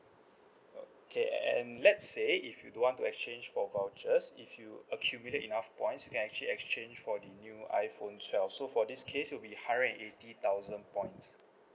okay and let's say if you don't want to exchange for vouchers if you accumulate enough points you can actually exchange for the new iPhone twelve so for this case it'll be hundred and eighty thousand points